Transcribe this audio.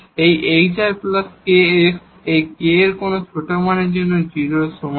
এই hrks k এর কোন ছোট মানের জন্য 0 এর সমান